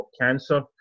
cancer